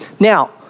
Now